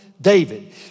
David